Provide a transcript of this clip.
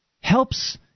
helps